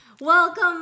Welcome